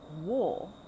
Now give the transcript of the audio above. war